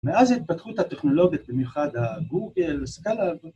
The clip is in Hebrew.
‫מאז ההתפתחות הטכנולוגית, ‫במיוחד הגוגל, סקאלב...